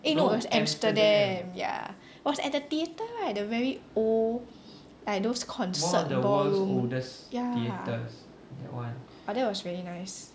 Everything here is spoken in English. eh no it was Amsterdam ya it was at the theatre right the very old like those concert ballroom ya but that was very nice